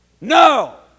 No